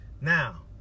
Now